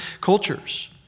cultures